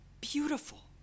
beautiful